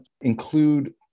include